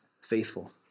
faithful